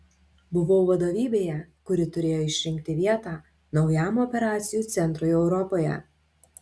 buvau vadovybėje kuri turėjo išrinkti vietą naujam operacijų centrui europoje